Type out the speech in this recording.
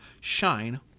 shine